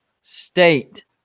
State